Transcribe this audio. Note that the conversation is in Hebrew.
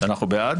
שאנחנו בעד